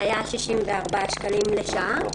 שהיה 64 שקלים לשעה.